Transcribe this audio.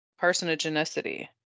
carcinogenicity